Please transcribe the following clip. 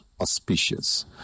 auspicious